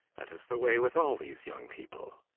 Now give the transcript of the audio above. that is the way with all these young people.